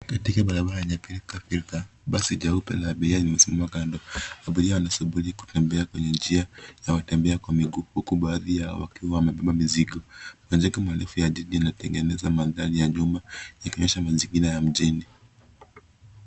Katika barabara enye bilka bilka basi jeupe la abiria limesimama kando, abiria wanasubiri kutembea kwenye njia ya watembea kwa miguu huku bahati yao wamebeba mizigo. Majengo marefu ya jiji inatengeza maandari ya nyuma ikionyesha mazingira ya mchini.